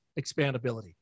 expandability